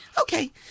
okay